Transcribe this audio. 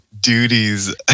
duties